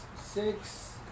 six